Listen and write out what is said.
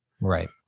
Right